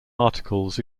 articles